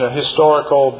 historical